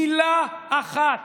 אין מילה אחת